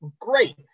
great